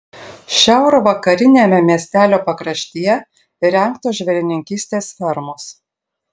šiaurvakariniame miestelio pakraštyje įrengtos žvėrininkystės fermos